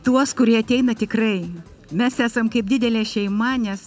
tuos kurie ateina tikrai mes esam kaip didelė šeima nes